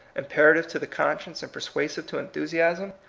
impei-ative to the con science, and persuasive to enthusiasm?